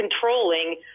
controlling